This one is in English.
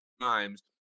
times